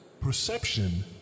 perception